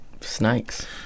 snakes